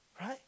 right